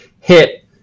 hit